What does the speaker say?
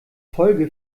folge